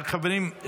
חברים,